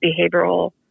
behavioral